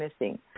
missing